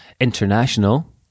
international